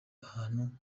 ahantu